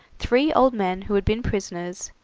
three old men who had been prisoners,